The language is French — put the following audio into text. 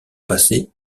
passés